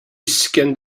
skinned